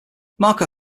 marco